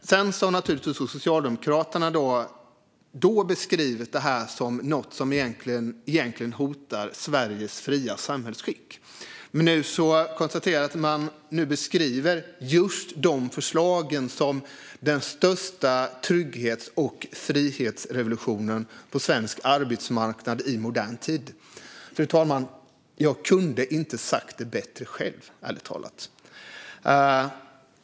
Tidigare har Socialdemokraterna givetvis beskrivit detta som något som egentligen hotar Sveriges fria samhällsskick, men jag konstaterar att man nu beskriver just dessa förslag som den största trygghets och frihetsrevolutionen på svensk arbetsmarknad i modern tid. Jag kunde ärligt talat inte ha sagt det bättre själv, fru talman.